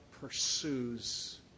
pursues